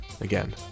again